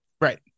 right